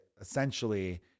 essentially